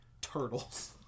Turtles